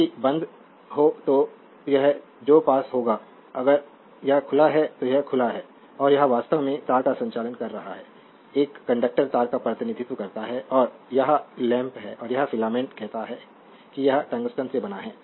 यदि बंद हो तो यह जो पास होगा अगर यह खुला है तो यह खुला है और यह वास्तव में तार का संचालन कर रहा है एक कंडक्टर तार का प्रतिनिधित्व करता है और यह लैंप है और यह फिलामेंट कहता है कि यह टंगस्टन से बना है